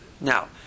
Now